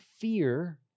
fear